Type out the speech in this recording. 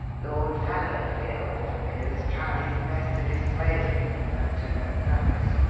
lord fallowfield, it appears, tried his best to dissuade him, but to no purpose.